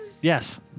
Yes